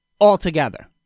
altogether